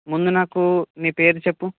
ముందు నాకు నీ పేరు చెప్పు